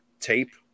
tape